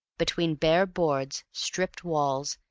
between bare boards, stripped walls,